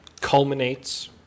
culminates